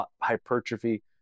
hypertrophy